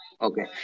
Okay